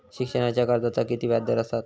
शिक्षणाच्या कर्जाचा किती व्याजदर असात?